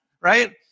right